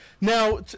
Now